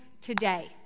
today